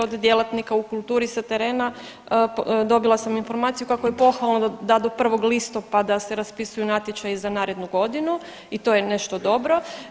Od djelatnika u kulturi sa terena dobila sam informaciju kako je pohvalno da do 1. listopada se raspisuju natječaji za narednu godinu i to je nešto dobro.